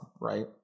right